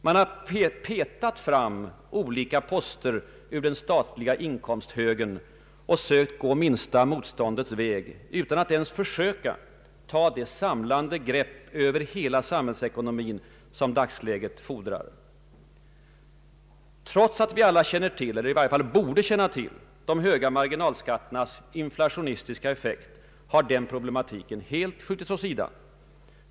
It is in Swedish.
Man har petat fram olika poster ur den statliga inkomsthögen och sökt gå minsta motståndets väg utan att ens försöka ta det samlande grepp över hela samhällsekonomin som dagsläget fordrar. Trots att vi alla känner till — eller borde känna till — de höga marginalskatternas inflationistiska effekt, har den problematiken skjutits helt åt sidan.